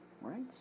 Right